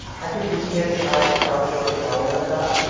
i think you can't deny the crowdsourcing element of that.